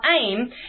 aim